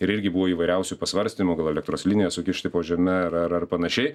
ir irgi buvo įvairiausių pasvarstymų gal elektros linijas sukišti po žeme ar ar panašiai